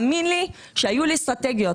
והאמין לי, היו אסטרטגיות.